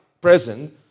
present